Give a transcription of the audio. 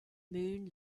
moon